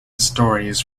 stories